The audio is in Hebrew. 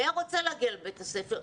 היה רוצה להגיע לבית הספר.